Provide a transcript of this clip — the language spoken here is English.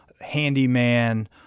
handyman